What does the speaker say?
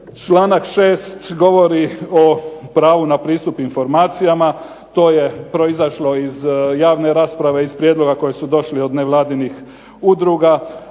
Članak 6. govori o pravu na pristup informacijama. To je proizašlo iz javne rasprave, iz prijedloga koji su došli od nevladinih udruga.